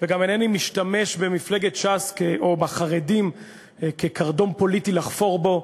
וגם אינני משתמש במפלגת ש"ס או בחרדים כקרדום פוליטי לחפור בו.